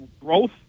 growth